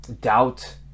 doubt